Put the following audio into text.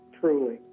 truly